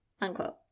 unquote